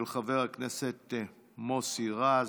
של חבר הכנסת מוסי רז,